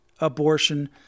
abortion